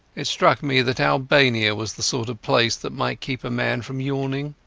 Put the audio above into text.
it struck me that albania was the sort of place that might keep a man from yawning.